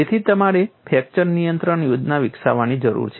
તેથી તમારે ફ્રેક્ચર નિયંત્રણ યોજના વિકસાવવાની જરૂર છે